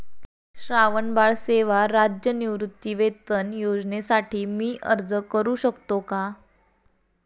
श्रावणबाळ सेवा राज्य निवृत्तीवेतन योजनेसाठी मी अर्ज करू शकतो का?